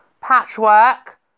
patchwork